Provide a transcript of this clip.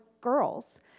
girls